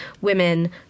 women